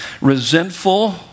resentful